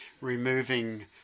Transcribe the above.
removing